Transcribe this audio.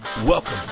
Welcome